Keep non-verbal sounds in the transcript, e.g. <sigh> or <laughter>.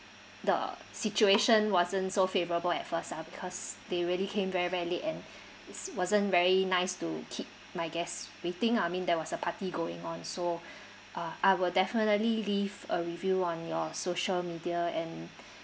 the situation wasn't so favorable at first ah because they really came very very late and <breath> was~ wasn't very nice to keep my guests waiting I mean there was a party going on so <breath> uh I will definitely leave a review on your social media and <breath>